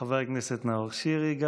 גם חבר הכנסת נאור שירי.